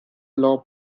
law